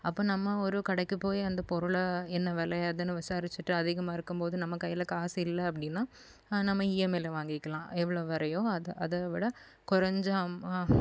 அப்போ நம்ம ஒரு கடைக்கு போய் அந்த பொருளை என்ன வில ஏதுன்னு விசாரிச்சிட்டு அதிகமாக இருக்கும்போது நம்ம கையில் காசு இல்லை அப்படின்னா நம்ம இஎம்ஐல வாங்கிக்கலாம் எவ்வளோ விலையோ அதை அதை விட குறஞ்ச அம்